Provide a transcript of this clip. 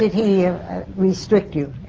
he restrict you,